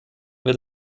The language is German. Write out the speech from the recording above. wird